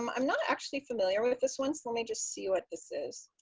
i'm not actually familiar with this one, so let me just see what this is.